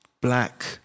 black